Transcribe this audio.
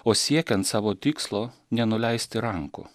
o siekiant savo tikslo nenuleisti rankų